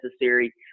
necessary